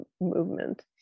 movement